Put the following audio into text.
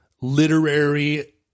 literary